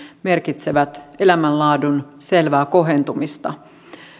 merkitsevät elämänlaadun selvää kohentumista